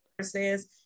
says